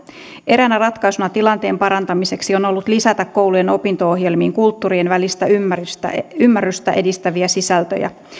eräänä ratkaisuna tilanteen parantamiseksi on on ollut lisätä koulujen opinto ohjelmiin kulttuurien välistä ymmärrystä edistäviä sisältöjä